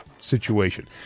Situation